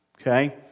Okay